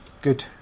good